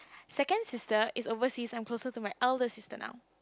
second sister is overseas so I'm closer to my eldest sister now